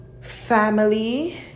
family